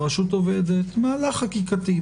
הרשות עובדת מהלך חקיקתי,